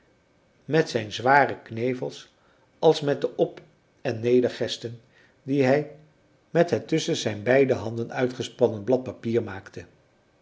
met zijn zware knevels als met de op en neder gesten die hij met het tusschen zijn beide handen uitgespannen blad papiers maakte